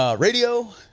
ah radio,